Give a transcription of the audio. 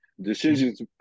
decisions